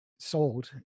sold